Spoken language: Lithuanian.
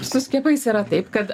su skiepais yra taip kad